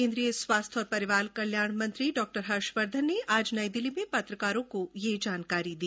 केन्द्रीय स्वास्थ्य और परिवार कल्याण मंत्री डॉ हर्षवर्धन ने आज नई दिल्ली में पत्रकारों को ये ैजानकारी दी